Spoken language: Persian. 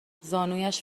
زانویش